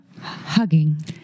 hugging